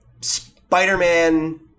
Spider-Man